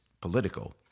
political